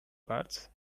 bars